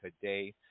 today